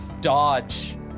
dodge